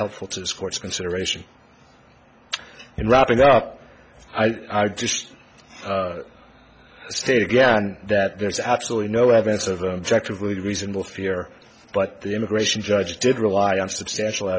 helpful to this court's consideration in wrapping up i just state again that there is absolutely no evidence of objective really reasonable fear but the immigration judge did rely on substantial